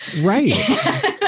Right